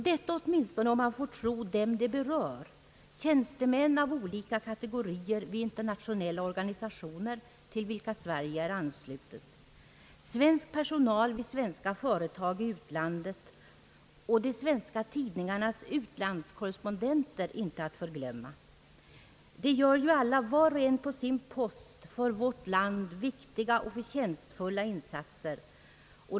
Detta åtminstone om man får tro dem det berör: tjänstemän av olika kategorier vid internationella organisationer, till vilka Sverige är anslutet, svensk personal vid svenska företag i utlandet och de svenska tidningarnas utlandskorrespondenter inte att förglömma. De gör ju alla var och en på sin post för vårt land viktiga och förtjänstfulla insatser.